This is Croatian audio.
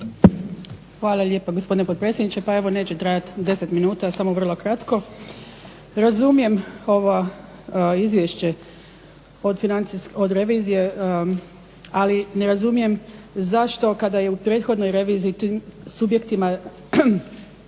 Hvala lijepa gospodine potpredsjedniče. Pa evo neće trajati 10 minuta, samo vrlo kratko. Razumijem ovo izvješće od revizije, ali ne razumijem zašto kada je u prethodnoj reviziji subjektima